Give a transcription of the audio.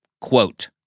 quote